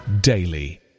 daily